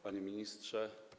Panie Ministrze!